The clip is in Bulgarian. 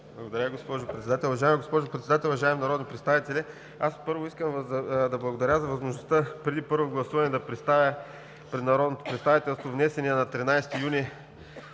Благодаря, госпожо Председател. Уважаема госпожо Председател, уважаеми народни представители! Първо, искам да благодаря за възможността преди първо гласуване да представя пред народното представителство внесения на 13 юни